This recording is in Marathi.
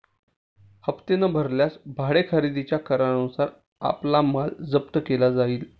हप्ते न भरल्यास भाडे खरेदीच्या करारानुसार आपला माल जप्त केला जाईल